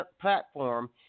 platform